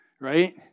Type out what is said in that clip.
right